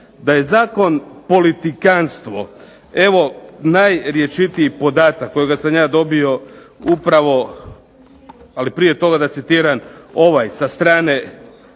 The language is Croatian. Da je zakon politikanstvo evo najrječitiji podatak kojega sam ja dobio upravo ali prije toga da citiram ovaj sa strane